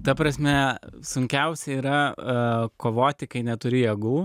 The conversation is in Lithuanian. ta prasme sunkiausia yra kovoti kai neturi jėgų